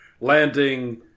landing